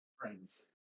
friends